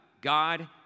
God